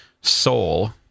soul